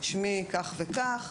שמי כך וכך,